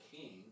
king